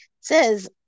says